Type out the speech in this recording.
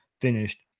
finished